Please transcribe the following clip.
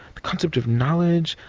the concept of knowledge,